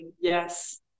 yes